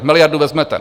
Miliardu vezmete.